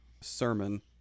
sermon